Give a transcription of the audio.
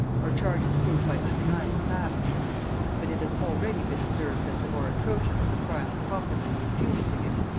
are charges proved by undeniable facts but it has already been observed that the more atrocious of the crimes popularly imputed to him,